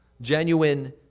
Genuine